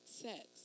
sex